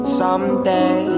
someday